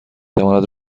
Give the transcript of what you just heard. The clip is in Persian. تواند